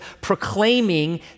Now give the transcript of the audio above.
proclaiming